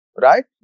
right